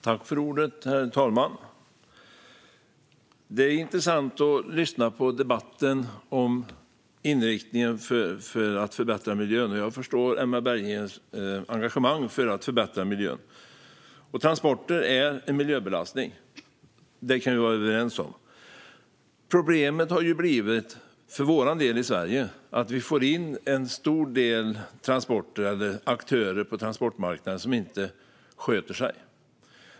Herr talman! Det är intressant att lyssna på debatten om inriktningen för att förbättra miljön. Jag förstår Emma Bergingers engagemang för att förbättra miljön. Transporter är en miljöbelastning; det kan vi vara överens om. Problemet för vår del i Sverige har blivit att vi får in en stor del aktörer på transportmarknaden som inte sköter sig.